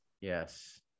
yes